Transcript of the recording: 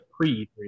Pre